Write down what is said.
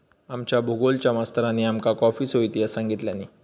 आमच्या भुगोलच्या मास्तरानी आमका कॉफीचो इतिहास सांगितल्यानी